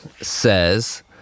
says